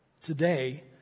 today